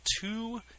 two